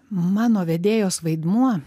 mano vedėjos vaidmuo